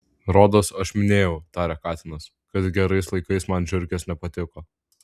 rodos aš minėjau tarė katinas kad gerais laikais man žiurkės nepatiko